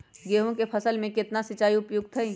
गेंहू के फसल में केतना सिंचाई उपयुक्त हाइ?